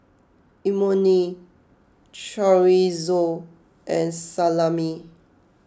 Imoni Chorizo and Salami